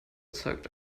zeigt